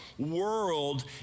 World